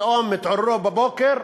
פתאום התעוררו בבוקר,